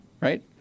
right